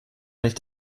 nicht